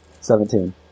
Seventeen